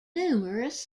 numerous